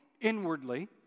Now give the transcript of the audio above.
inwardly